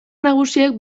nagusiek